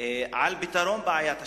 על פתרון בעיית השפכים.